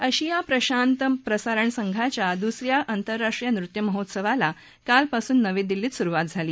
आशिया प्रशांत प्रसारण संघाच्या दुस या आंतरराष्ट्रीय नृत्य महोत्सवाला कालपासून नवी दिल्लीत सुरूवात झाली